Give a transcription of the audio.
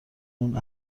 اون